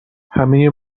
همه